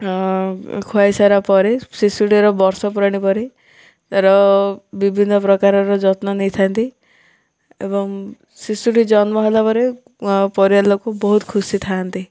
ଖୁଆଇସାରିଲା ପରେ ଶିଶୁଟିର ବର୍ଷ ପୂରାଣୀ ପରେ ତାର ବିଭିନ୍ନ ପ୍ରକାରର ଯତ୍ନ ନେଇଥାନ୍ତି ଏବଂ ଶିଶୁଟି ଜନ୍ମ ହେଲା ପରେ ପରିବା ଲୋକ ବହୁତ ଖୁସିଥାନ୍ତି